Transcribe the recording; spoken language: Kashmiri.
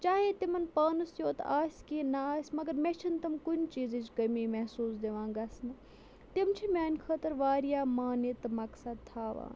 چاہے تِمَن پانَس یوت آسہِ کیٚنٛہہ نہ آسہِ مگر مےٚ چھِنہٕ تِم کُنہِ چیٖزٕچ کٔمی محسوٗس دِوان گژھنہٕ تِم چھِ میٛانہِ خٲطرٕ واریاہ معنی تہٕ مقصد تھاوان